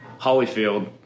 Hollyfield